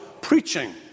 preaching